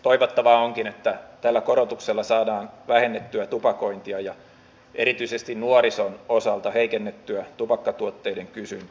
toivottavaa onkin että tällä korotuksella saadaan vähennettyä tupakointia ja erityisesti nuorison osalta heikennettyä tupakkatuotteiden kysyntää